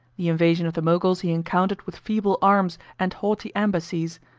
the invasion of the moguls he encountered with feeble arms and haughty embassies.